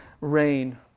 rain